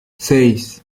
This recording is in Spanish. seis